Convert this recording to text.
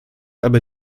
aber